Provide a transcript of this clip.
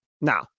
Now